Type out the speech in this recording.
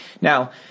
Now